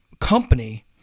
company